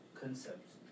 concepts